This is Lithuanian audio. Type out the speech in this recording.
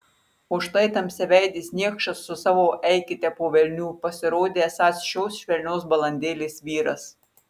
o štai tamsiaveidis niekšas su savo eikite po velnių pasirodė esąs šios švelnios balandėlės vyras